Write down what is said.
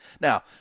Now